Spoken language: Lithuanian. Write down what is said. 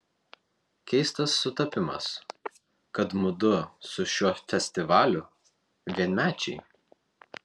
keistas sutapimas kad mudu su šiuo festivaliu vienmečiai